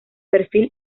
perfil